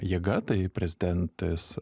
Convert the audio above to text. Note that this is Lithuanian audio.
jėga tai prezidentės